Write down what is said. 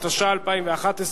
התשע"א 2011,